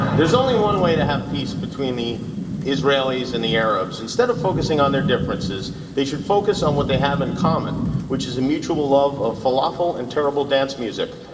there's only one way to have peace between the israelis and the arabs. instead of focusing on their differences, they should focus on what they have in common which is a mutual love of falafel, and terrible dance music.